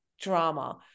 drama